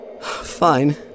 Fine